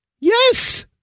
Yes